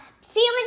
feeling